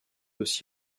aussi